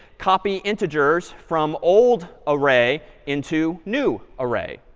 copy integers from old array into new array.